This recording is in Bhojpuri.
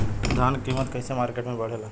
धान क कीमत कईसे मार्केट में बड़ेला?